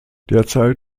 derzeit